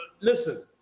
listen